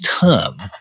term